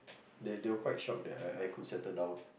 they they were quite shocked that I I could settle down